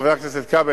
חבר הכנסת כבל,